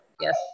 yes